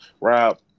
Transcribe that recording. Rob